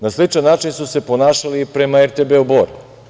Na sličan način su se ponašali i prema „RTB Bor“